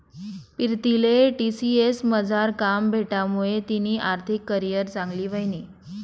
पीरतीले टी.सी.एस मझार काम भेटामुये तिनी आर्थिक करीयर चांगली व्हयनी